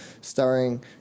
starring